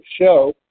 Show